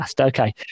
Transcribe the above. Okay